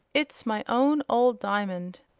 it's my own old diamond.